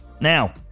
Now